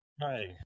Hi